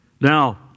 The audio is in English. Now